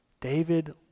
David